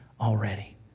already